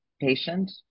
patient